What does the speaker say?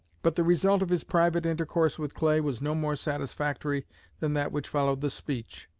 but the result of his private intercourse with clay was no more satisfactory than that which followed the speech.